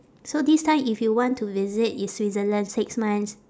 so this time if you want to visit it's switzerland six months